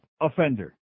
offender